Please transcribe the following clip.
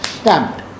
stamped